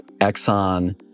Exxon